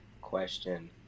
question